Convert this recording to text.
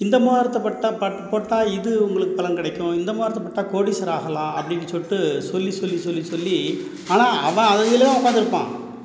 இந்த மோதிரத்தை போட்டால் பத்து போட்டால் இது உங்களுக்கு பலன் கிடைக்கும் இந்த மோதிரத்தை போட்டால் கோடீஸ்வரன் ஆகலாம் அப்படின்னு சொல்லிட்டு சொல்லி சொல்லி சொல்லி சொல்லி ஆனால் அவன் அதில் தான் உட்காந்து இருப்பான்